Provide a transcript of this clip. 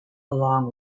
along